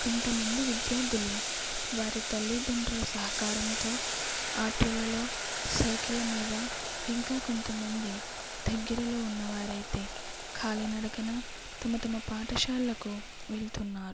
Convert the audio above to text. కొంత మంది విద్యార్థులు వారి తల్లిదండ్రుల సహకారంతో ఆటోలలో సైకిళ్ళ మీద ఇంకా కొంత మంది దగ్గరలో ఉన్న వారైతే కాలినడకన తమ తమ పాఠశాలకు వెళుతున్నారు